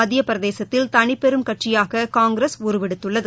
மத்தியபிரதேசத்தில் தனிபெரும் கட்சியாககாங்கிரஸ் உருவெடுத்துள்ளது